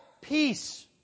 peace